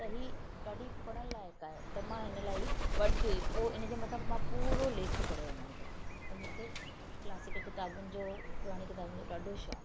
त ही ॾाढी पढ़ण लाइक़ु आहे त मां हिन लाइ मां ही वरिती हुई पोइ हिनजे मथां मां पूरो लेख पढ़ियो हिननि जो त मूंखे क्लासिकल किताबुनि जो पुराणी किताबुनि जो ॾाढो शौक़ु आहे